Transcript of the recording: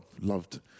loved